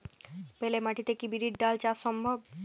বেলে মাটিতে কি বিরির ডাল চাষ সম্ভব?